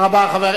תודה רבה.